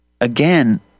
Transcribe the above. again